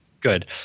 Good